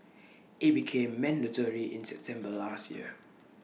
IT became mandatory in September last year